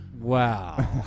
Wow